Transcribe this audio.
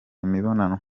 imibonano